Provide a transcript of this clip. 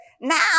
now